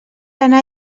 anar